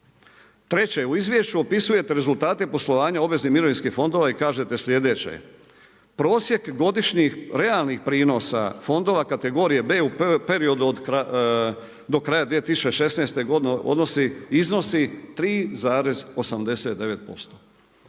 Treće, u izvješću opisujete rezultate poslovanja obveznih mirovinskih fondova i kažete sljedeće, prosjek godišnjih realnih prinosa fondova kategorije B u periodu do kraja 2016. godine iznosi 3,89%.